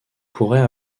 pourrait